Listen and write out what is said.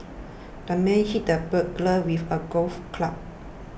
the man hit the burglar with a golf club